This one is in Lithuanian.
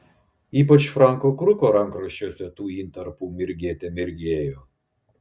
ypač franko kruko rankraščiuose tų intarpų mirgėte mirgėjo